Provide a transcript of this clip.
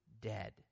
dead